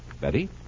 Betty